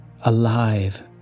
alive